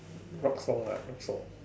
rock song lah rock song